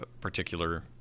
particular